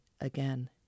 again